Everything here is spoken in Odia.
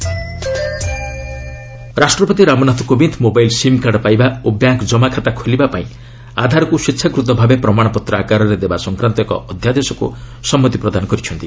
ପ୍ରେସିଡେଣ୍ଟ ଆଧାର ରାଷ୍ଟ୍ରପତି ରାମନାଥ କୋବିନ୍ଦ୍ ମୋବାଇଲ୍ ସିମ୍କାର୍ଡ଼ ପାଇବା ଓ ବ୍ୟାଙ୍କ୍ ଜମାଖାତା ଖୋଲିବାପାଇଁ ଆଧାରକୁ ସ୍ୱେଚ୍ଛାକୃତ ଭାବେ ପ୍ରମାଣପତ୍ର ଆକାରରେ ଦେବା ସଂକ୍ରାନ୍ତ ଏକ ଅଧ୍ୟାଦେଶକୁ ସମ୍ମତି ପ୍ରଦାନ କରିଛନ୍ତି